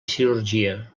cirurgia